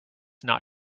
not